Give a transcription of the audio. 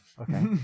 Okay